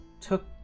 Took